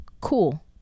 cool